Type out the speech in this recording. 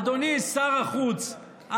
אדוני שר החוץ,